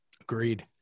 Agreed